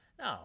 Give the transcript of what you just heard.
No